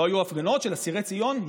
לא היו הפגנות של אסירי ציון?